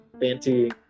fancy